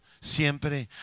siempre